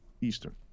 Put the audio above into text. Eastern